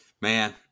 Man